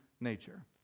nature